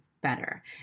better